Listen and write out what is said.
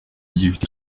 gifite